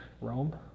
Rome